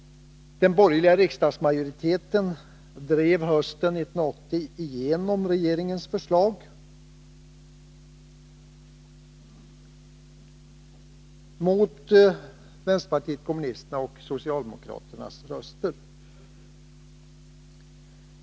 Den borgerliga riksdagsmajoriteten drev hösten 1980 igenom regeringens förslag, mot vänsterpartiet kommunisternas och socialdemokraternas röster.